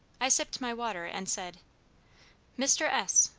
i sipped my water, and said mr. s,